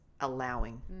allowing